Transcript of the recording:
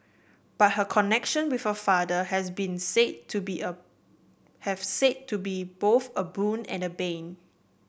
but her connection with her father has been said to be a have said to be both a boon and a bane